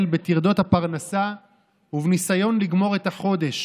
בטרדות הפרנסה ובניסיון לגמור את החודש